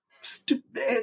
stupid